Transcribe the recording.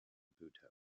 bhutto